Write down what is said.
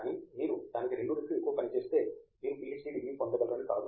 కానీ మీరు దానికి రెండు రెట్లు ఎక్కువ పని చేస్తే మీరు పీహెచ్డీ డిగ్రీ పొందగలరని కాదు